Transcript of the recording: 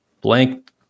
blank